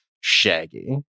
Shaggy